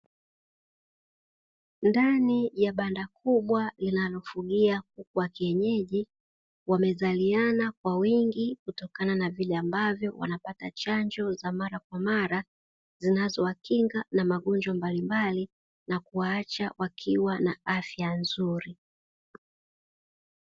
Ndani ya banda kubwa linalofugia kuku wa kienyeji, wamezaliana kwa wingi kutokana na vile ambavyo wanapata chanjo za mara kwa mara, zinazowakinga na magonjwa mbali mbali, na kuwaacha wakiwa na afya nzuri.